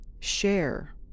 share